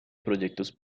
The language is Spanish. proyectos